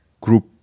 group